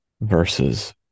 versus